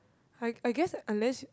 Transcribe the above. I I guess unless